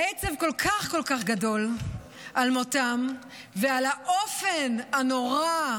העצב כל כך כל כך גדול על מותם ועל האופן הנורא,